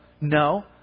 no